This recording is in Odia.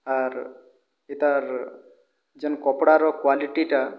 ଆର୍ ଏତାର୍ ଯେନ୍ କପଡ଼ାର କ୍ଵାଲିଟିଟା